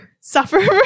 suffer